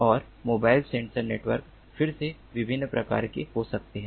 और mobile sensor network फिर से विभिन्न प्रकार के हो सकते हैं